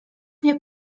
nie